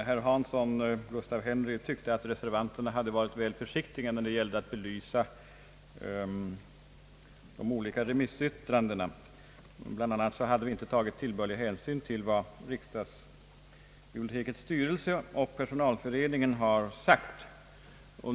Herr talman! Herr Gustaf Henry Hansson tyckte att reservanterna hade varit väl försiktiga när det gällt att belysa de olika remissyttrandena. Bland annat hade de inte tagit tillbörlig hänsyn till vad riksdagsbibliotekets styrelse och personalförening har sagt.